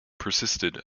persisted